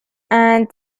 and